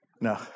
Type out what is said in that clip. No